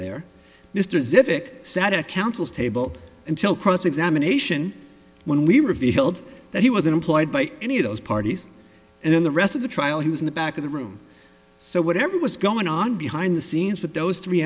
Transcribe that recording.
it sat at a counsel's table until cross examination when we revealed that he was employed by any of those parties and then the rest of the trial he was in the back of the room so whatever was going on behind the scenes with those three